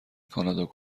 کانادا